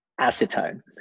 Acetone